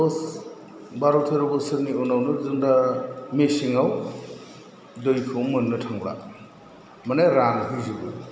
दस बार' थेर' बोसोरनि उनावनो जों दा मेसेंआव दैखौनो मोननो थांला माने रानहै जोबो